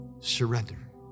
surrender